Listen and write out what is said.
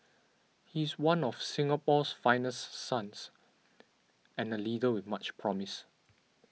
he is one of Singapore's finest sons and a leader with much promise